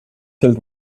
filled